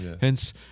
Hence